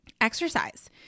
exercise